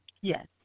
Yes